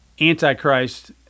Antichrist